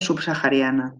subsahariana